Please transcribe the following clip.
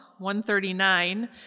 139